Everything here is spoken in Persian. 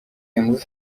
امروز